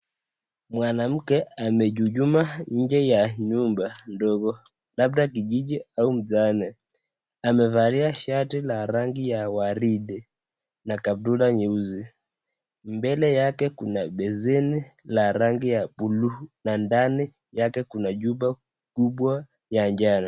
Mwanamke amechuchumaa nje ya nyumba ndogo labda kijiji au mjane. Amevalia shati la rangi ya waridi na kaptula nyeusi. Mbele yake kuna beseni la rangi ya buluu na ndani yake kuna chupa kubwa ya njano.